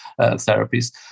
therapies